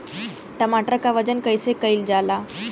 टमाटर क वजन कईसे कईल जाला?